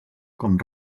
com